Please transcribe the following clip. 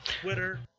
Twitter